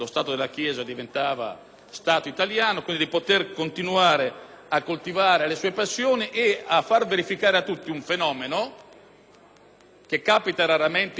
Stato italiano. Quindi, gli auguro di poter continuare a coltivare le sue passioni. Faccio verificare a tutti un fenomeno che capita raramente in Parlamento. È vero,